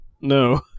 No